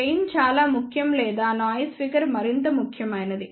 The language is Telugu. గెయిన్ చాలా ముఖ్యం లేదా నాయిస్ ఫిగర్ మరింత ముఖ్యమైనది